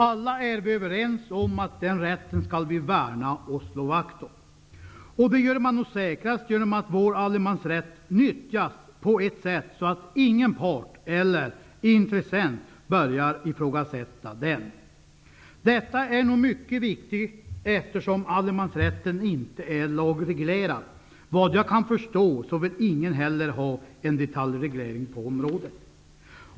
Alla är vi överens om att vi skall värna och slå vakt om den rätten. Detta gör man nog säkrast genom att se till att vår allemansrätt nyttjas på ett sätt som gör att ingen part eller intressent börjar ifrågasätta den. Detta är nog mycket viktigt, eftersom allemansrätten inte är lagreglerad. Efter vad jag kan förstå vill ingen heller ha en detaljreglering på området.